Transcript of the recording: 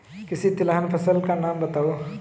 किसी तिलहन फसल का नाम बताओ